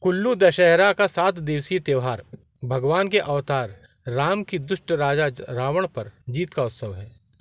कुल्लू दशहरा का सात दिवसीय त्यौहार भगवान के अवतार राम की दुष्ट राजा रावण पर जीत का उत्सव है